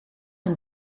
een